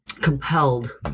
compelled